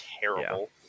terrible